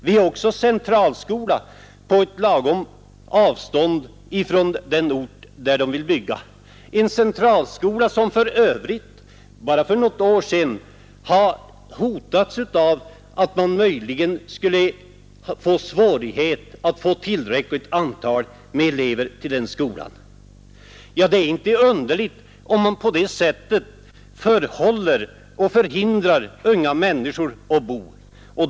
Vi har också en centralskola på lagom avstånd från den ort där dessa personer vill bygga. Bara för något år sedan uttalades för övrigt farhågor för att den skolan skulle få svårt att få tillräckligt antal elever. Ja, det är inte underligt att den risken finns om man på detta sätt hindrar unga människor från att bosätta sig där.